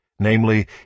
Namely